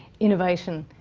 innovation,